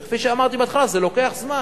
וכפי שאמרתי בהתחלה, זה לוקח זמן.